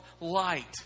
light